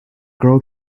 girl